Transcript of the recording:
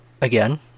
again